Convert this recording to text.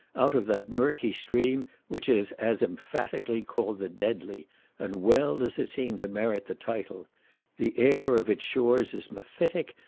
out of that murky stream which is as emphatically called the deadly and well does it seem to merit the title the air of its shores is mephitic,